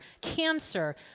cancer